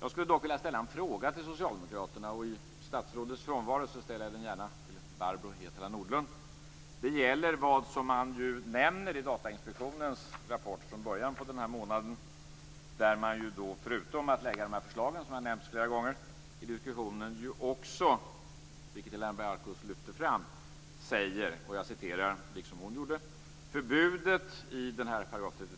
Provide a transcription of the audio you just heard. Jag skulle dock vilja ställa en fråga till socialdemokraterna, och i statsrådets frånvaro ställer jag den gärna till Barbro Hietala Nordlund. Det gäller vad man nämner i Datainspektionens rapport från början av den här månaden. Förutom att lägga fram de förslag som flera gånger har nämnts, säger man i diskussionen, vilket även Helena Bargholtz lyfte fram och citerade: Förbudet i 33